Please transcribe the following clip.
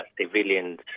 civilians